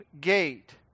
gate